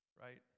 right